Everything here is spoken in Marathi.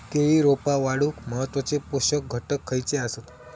केळी रोपा वाढूक महत्वाचे पोषक घटक खयचे आसत?